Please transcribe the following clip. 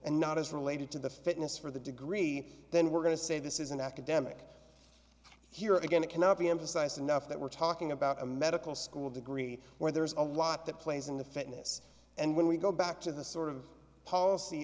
and not as related to the fitness for the degree then we're going to say this is an academic here again it cannot be emphasized enough that we're talking about a medical school degree where there's a lot that plays into fitness and when we go back to the sort of policy